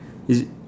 is it